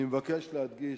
אני מבקש להדגיש,